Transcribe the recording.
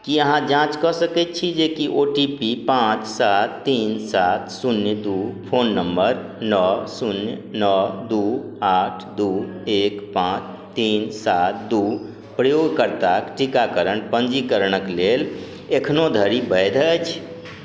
कि अहाँ जाँच कऽ सकै छी जेकि ओ टी पी पाँच सात तीन सात शून्य दुइ फोन नम्बर नओ शून्य नओ दुइ आठ दुइ एक पाँच तीन सात दुइ प्रयोगकर्ताके टीकाकरण पञ्जीकरणके लेल एखनहु धरि वैध अछि